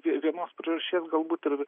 vie vienos priežasties galbūt ir